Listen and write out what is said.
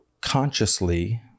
consciously